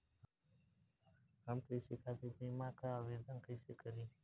हम कृषि खातिर बीमा क आवेदन कइसे करि?